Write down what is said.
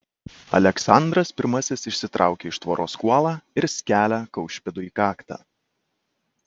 aleksandras pirmasis išsitraukia iš tvoros kuolą ir skelia kaušpėdui į kaktą